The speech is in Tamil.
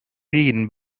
இன்ப